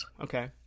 okay